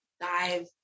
dive